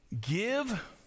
give